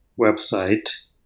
website